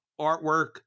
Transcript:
artwork